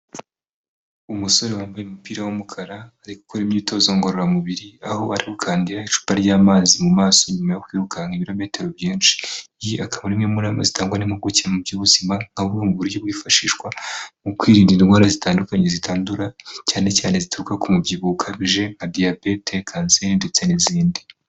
Umusore wambaye umupira w'umukara arikora imyitozo ngororamubiri aho ari gukandi icupa ry'amazi mu maso nyuma yo kwirukanka ibirometero byinshi iyi akaba n'imwe mumana zitangwa n'impuguke mu by'ubuzima nkabumwe mu buryo bwifashishwa mu kwirinda indwara zitandukanye zitandura cyane cyane zituruka ku mubyibuho ukabije nka diyabete, kanseri ndetse n'izindi.